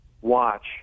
watch